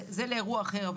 זה לאירוע אחר.